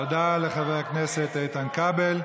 תודה לחבר הכנסת איתן כבל.